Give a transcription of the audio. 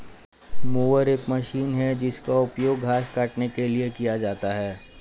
mower एक machine है जिसका उपयोग घास काटने के लिए किया जाता है